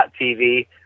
TV